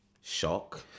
shock